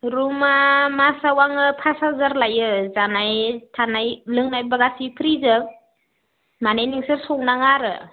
रुमआ मासआव आङो पास हाजार लायो जानाय थानाय लोंनाय गासै फ्रिजोब माने नोंसोर संनाङा आरो